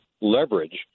leverage